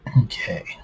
okay